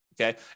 okay